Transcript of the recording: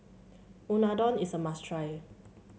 unadon is a must try